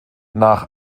nach